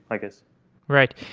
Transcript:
i guess right.